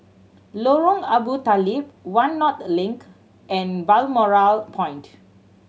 Lorong Abu Talib One North Link and Balmoral Point